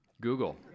Google